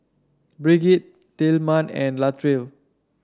Brigitte Tilman and Latrell